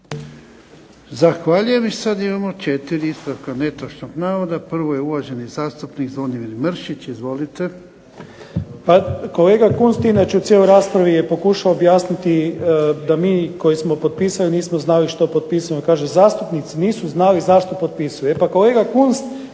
Zahvaljujem. I sad imamo četiri ispravka netočnog navoda. Prvo je uvaženi zastupnik Zvonimir Mršić. Izvolite. **Mršić, Zvonimir (SDP)** Pa kolega Kunst inače u cijeloj raspravi je pokušao objasniti da mi koji smo potpisali nismo znali što potpisujemo. Kaže zastupnici nisu znali zašto potpisuje. E pa kolega Kunst,